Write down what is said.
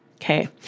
Okay